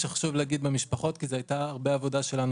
שחשוב לומר במשפחות כי זו היתה הרבה עבודה שלנו